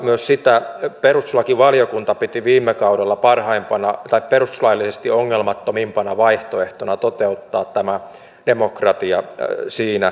myös perustuslakivaliokunta piti sitä viime kaudella perustuslaillisesti ongelmattomimpana vaihtoehtona toteuttaa demokratia siinä